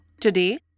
Today